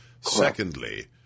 Secondly